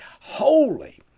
holy